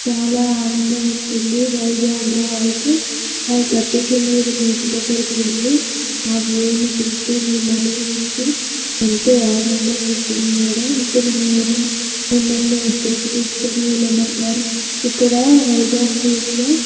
చాలా ఆనందం వేస్తుంది వైజాగ్లో అయితే ఫైవ్ థర్టీకే మీరు బీచ్ దగ్గరికి వెళ్ళి ఆ వ్యూని చూస్తే మీ మనసుకు ఎంతో ఆనందం వేస్తుంది మేడం ఇప్పుడు నేను మిమల్ని ఎక్కడికి తీసుకుని వెళ్ళి రమ్మని అంటారు ఇక్కడ వైజాగ్ బీచ్లో